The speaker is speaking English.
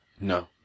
No